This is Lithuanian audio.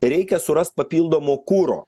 reikia surast papildomo kuro